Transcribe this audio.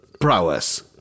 prowess